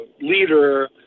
leader